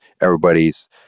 everybody's